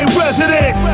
resident